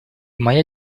моя